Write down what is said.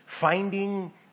finding